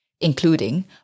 including